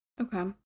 Okay